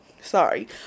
Sorry